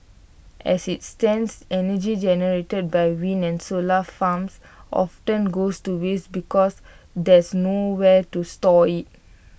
as IT stands energy generated by wind and solar farms often goes to waste because there's nowhere to store IT